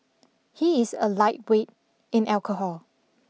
he is a lightweight in alcohol